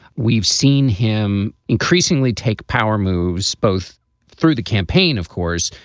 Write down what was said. we've seen him increasingly take power moves both through the campaign, of course,